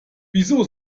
wieso